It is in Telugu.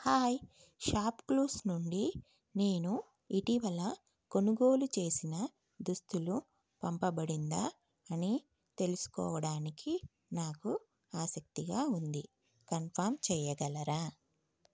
హాయ్ షాప్ క్లూస్ నుండి నేను ఇటీవల కొనుగోలు చేసిన దుస్తులు పంపబడిందా అని తెలుసుకోవడానికి నాకు ఆసక్తిగా ఉంది కన్ఫామ్ చెయ్యగలరా